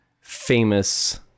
famous